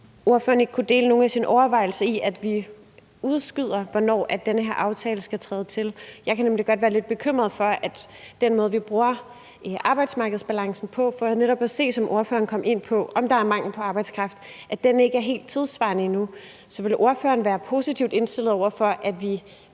ordføreren ikke kunne dele nogle af sine overvejelser om at udskyde tidspunktet for, hvornår den her aftale skal træde i kraft. Jeg kan nemlig godt være lidt bekymret for, at den måde, vi bruger arbejdsmarkedsbalancen på – nemlig for at se, som ordføreren kom ind på, om der er mangel på arbejdskraft – ikke er helt tidssvarende nu. Så vil ordføreren være positivt indstillet over for, at vi